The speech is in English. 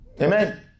Amen